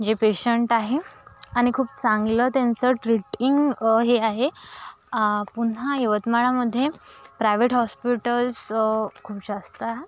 जे पेशंट आहे आणि खूप चांगलं त्यांचं ट्रिटिंग हे आहे पुन्हा यवतमाळमध्ये प्रायवेट हॉस्पिटल्स खूप जास्त आहेत